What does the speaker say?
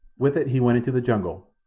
with it he went into the jungle,